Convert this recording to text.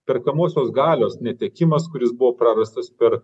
perkamosios galios netekimas kuris buvo prarastas per